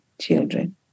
children